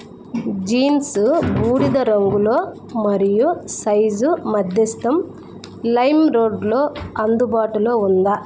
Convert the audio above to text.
jeans బూడిద రంగులో మరియు సైజు మధ్యస్థం లైమ్రోడ్లో అందుబాటులో ఉందా